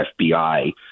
FBI